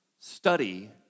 study